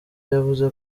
yavuze